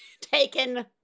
taken